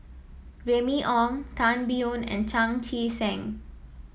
Remy Ong Tan Biyun and Chan Chee Seng